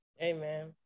Amen